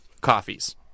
coffees